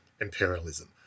imperialism